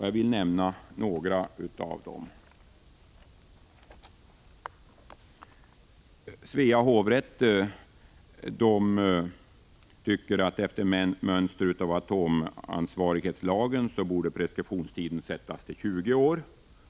Jag vill nämna några av dessa. Svea hovrätt tycker att preskriptionstiden efter mönster av atomansvarighetslagen borde sättas till 20 år.